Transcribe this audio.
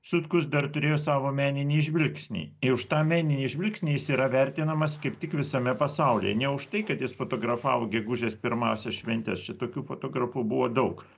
sutkus dar turėjo savo meninį žvilgsnį ir už tą meninį žvilgsnį jis yra vertinamas kaip tik visame pasaulyje ne už tai kad jis fotografavo gegužės pirmąsias šventes čia tokių fotografų buvo daug